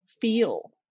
feel